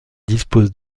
disposent